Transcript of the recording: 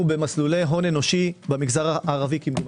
במסלולי הון אנושי במגזר הערבי כמדומני.